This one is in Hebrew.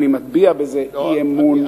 אני מביע בזה אי-אמון,